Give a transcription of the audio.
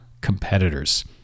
competitors